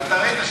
ואתה ראית,